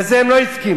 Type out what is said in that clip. לזה הם לא הסכימו.